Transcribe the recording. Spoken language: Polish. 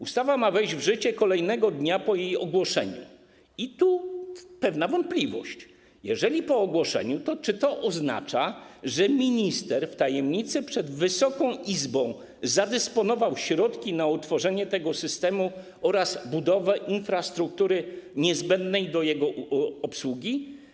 Ustawa ma wejść w życie następnego dnia po jej ogłoszeniu i tu pojawia się pewna wątpliwość: jeżeli po ogłoszeniu, to czy to oznacza, że minister w tajemnicy przed Wysoką Izbą zadysponował środki na utworzenie tego systemu oraz budowę infrastruktury niezbędnej do jego obsługi.